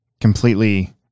completely